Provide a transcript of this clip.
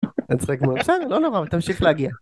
בסדר, לא נורא, תמשיך להגיע.